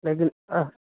لیکن